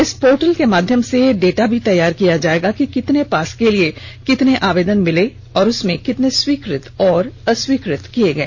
इस पोर्टल के माध्यम से डाटा भी तैयार किया जाएगा कि कितने पास के लिए कितने आवेदन मिले और उसमें कितने स्वीकृत और अस्वीकृत किए गए